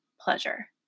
pleasure